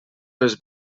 les